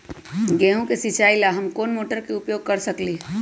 गेंहू के सिचाई ला हम कोंन मोटर के उपयोग कर सकली ह?